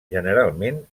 generalment